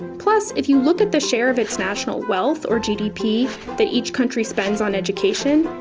plus, if you look at the share of its national wealth or gdp that each country spends on education,